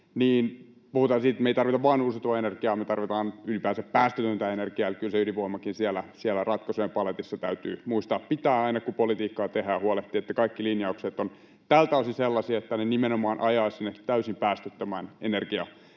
nyt — puhutaan siitä, että me ei tarvita vain uusiutuvaa energiaa, me tarvitaan ylipäänsä päästötöntä energiaa, eli kyllä se ydinvoimakin siellä ratkaisujen paletissa täytyy muistaa pitää aina, kun politiikkaa tehdään, ja huolehtia, että kaikki linjaukset ovat tältä osin sellaisia, että ne nimenomaan ajavat sinne täysin päästöttömään energiatalouteen.